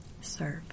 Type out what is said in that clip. serve